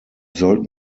sollten